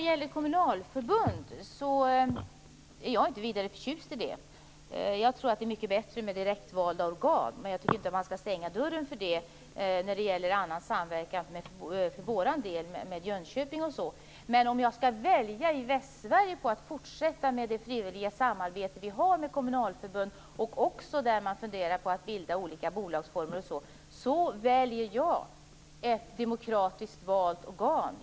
Herr talman! Jag är inte vidare förtjust i kommunalförbund. Jag tror att det är mycket bättre med direktvalda organ. Men jag tycker inte att vi för vår del skall stänga dörren till Jönköping när det gäller annan samverkan. Men om jag i Västsverige skall välja mellan att fortsätta med det frivilliga samarbetet med kommunalförbund, där man också funderar på att bilda olika bolagsformer etc., och på ett demokratiskt valt organ, så väljer jag ett demokratiskt valt organ.